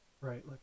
Right